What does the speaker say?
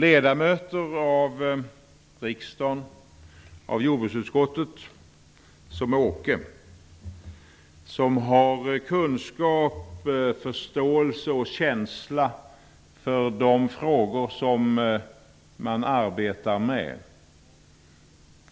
Ledamöter som Åke Selberg -- som har kunskap, förståelse och känsla för de frågor som han arbetar med